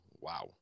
Wow